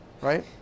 right